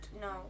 No